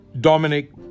Dominic